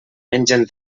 mengen